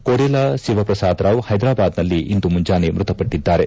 ಕೋಡೇಲಾ ಸಿವ ಪ್ರಸಾದ ರಾವ್ ಪೈದರಾಬಾದ್ನಲ್ಲಿ ಇಂದು ಮುಂಜಾನೆ ಮೃತಪಟ್ಟದ್ದಾರೆ